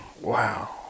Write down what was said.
wow